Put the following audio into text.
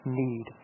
need